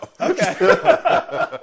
Okay